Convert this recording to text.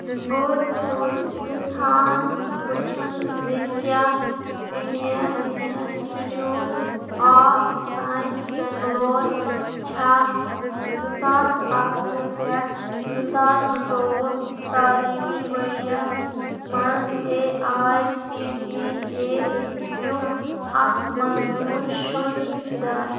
بہٕ چھُس پرٛژھان وُچھُن زِ کیٛاہ Indian institute of science Bangalore چھا زٕ ساس اَکوُہ پٮ۪ٹھ زٕ ساس زٕتووُہ تٔعلیٖمی ؤرۍ یَس منٛز A I C T E یُک اکھ منظور شُدٕہ اِدارٕ